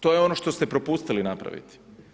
To je ono što ste propustili napraviti.